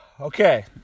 Okay